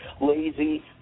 lazy